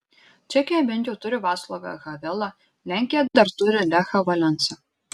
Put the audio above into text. čekija bent jau turi vaclovą havelą lenkija dar turi lechą valensą